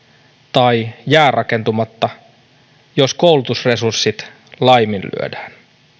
tai jää rakentumatta jos koulutusresurssit laiminlyödään